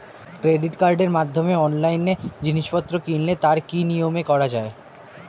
Credit কার্ডের মাধ্যমে অনলাইনে জিনিসপত্র কিনলে তার কি নিয়মে করা যায়?